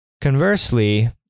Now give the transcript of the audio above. Conversely